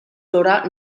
plourà